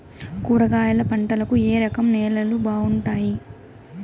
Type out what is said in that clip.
కూరగాయల పంటలకు ఏ రకం నేలలు బాగుంటాయి?